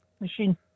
machine